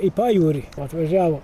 į pajūrį atvažiavo